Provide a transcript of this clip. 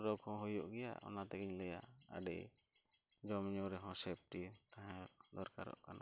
ᱨᱳᱜᱽ ᱦᱚᱸ ᱦᱩᱭᱩᱜ ᱜᱮᱭᱟ ᱚᱱᱟᱛᱮ ᱤᱧ ᱞᱟᱹᱭᱟ ᱟᱹᱰᱤ ᱡᱚᱢᱼᱧᱩ ᱨᱮᱦᱚᱸ ᱛᱟᱦᱮᱸ ᱫᱚᱨᱠᱟᱨᱚᱜ ᱠᱟᱱᱟ